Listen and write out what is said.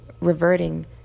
reverting